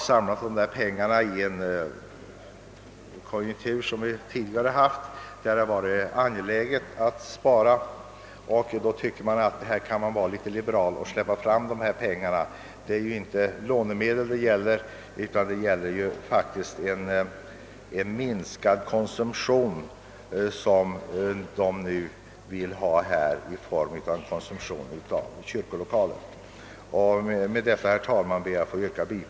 Pengarna har de samlat in under den konjunktur vi tidigare hade då det var angeläget att spara. Jag anser att man borde vara litet mera liberal och tillåta att dessa pengar fick användas för avsett ändamål. Det gäller ju inte lånemedel utan pengar som sparats i stället för att användas till konsumtion. Nu vill man använda dessa pengar för att bygga kyrkor.